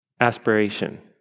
aspiration